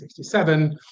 1967